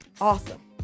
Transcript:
awesome